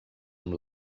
amb